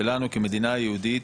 שלנו כמדינה יהודית,